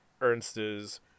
Ernst's